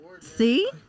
See